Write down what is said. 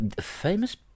famous